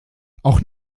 auch